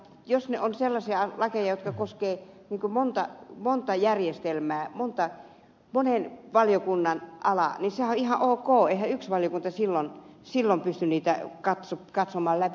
jos ne ovat sellaisia lakeja jotka koskevat useaa järjestelmää monen valiokunnan alaa niin sehän on ihan ok eihän yksi valiokunta silloin pysty niitä katsomaan läpi